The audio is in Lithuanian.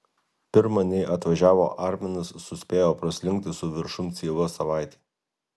pirma nei atvažiavo arminas suspėjo praslinkti su viršum ciela savaitė